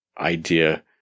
idea